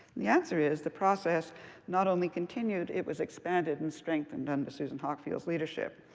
the answer is the process not only continued, it was expanded and strengthened under susan hockfield's leadership.